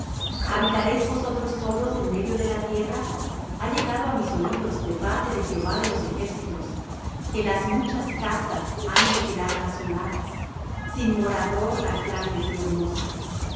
habitaréis vosotros solos en medio de la tierra ha llegado á mis oídos de parte de jehová de los ejércitos que las muchas casas han de quedar asoladas sin morador las grandes y hermosas y